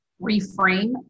reframe